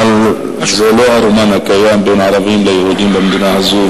אבל זה לא הרומן הקיים בין ערבים ליהודים במדינה הזו,